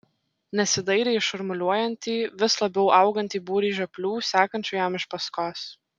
nesidairė į šurmuliuojantį vis labiau augantį būrį žioplių sekančių jam iš paskos